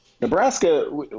nebraska